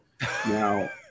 Now